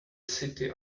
city